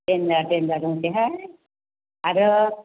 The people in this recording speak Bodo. देन्जार देन्जार दंसैहाय आरो